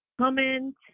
comment